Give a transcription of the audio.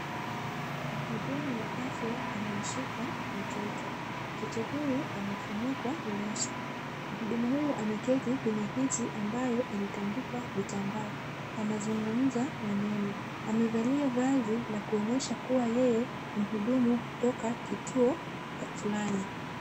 Muhudumu wa afya amemshika mtoto, mtoto huyu amefunikwa leso, Muhudumu huyu ameketi kwenye kiti ambayo imetandikwa vitambaa, anazungumza maneno. Amevalia vazi la kuonyesha kuwa yeye ni muhudumu kutoka kituo fulani.